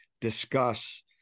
discuss